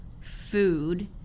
food